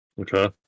Okay